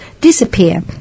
disappear